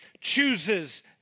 chooses